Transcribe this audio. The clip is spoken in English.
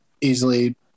easily